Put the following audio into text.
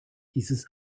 dieses